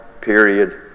period